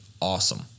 Awesome